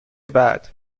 بعد